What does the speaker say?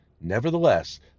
nevertheless